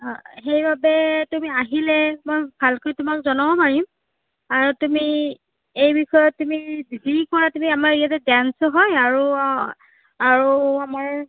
সেইবাবে তুমি আহিলে মই ভালকৈ তোমাক জনাব পাৰিম আৰু তুমি এই বিষয়ে তুমি যি কোৱা তুমি আমাৰ ইয়াতে ডেঞ্চো হয় আৰু আৰু আমাৰ